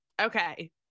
Okay